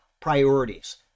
priorities